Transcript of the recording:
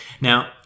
Now